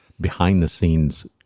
behind-the-scenes